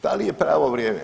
Da li je pravo vrijeme?